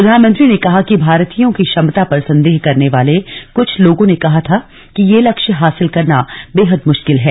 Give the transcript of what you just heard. प्रधानमत्री ने कहा कि भारतीयों की क्षमता पर संदेह करने वाले कुछ लोगों ने कहा था कि यह लक्ष्य हासिल करना बेहद मुश्किल है